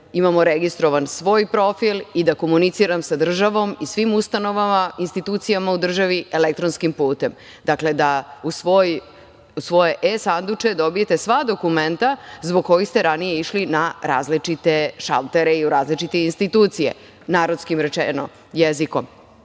imamo registrovan svoj profil i da komuniciram sa državom i svim ustanovama, institucijama u državi, elektronskim putem. Dakle, da u svoje e-sanduče dobijete sva dokumenta zbog kojih ste ranije išli na različite šaltere i u različite institucije, narodskim jezikom